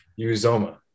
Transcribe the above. Uzoma